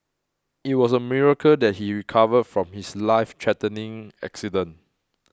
it was a miracle that he recovered from his lifethreatening accident